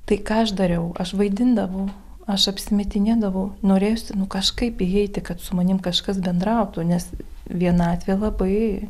tai ką aš dariau aš vaidindavau aš apsimetinėdavau norėjosi nu kažkaip įeiti kad su manim kažkas bendrautų nes vienatvė labai